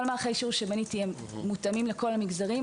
כל מערכי השיעור שבניתם מותאמים לכל המגזרים,